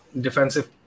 defensive